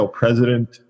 president